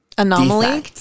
Anomaly